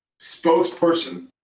spokesperson